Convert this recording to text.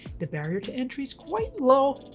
the barrier to entry's quite low.